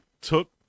took